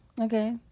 Okay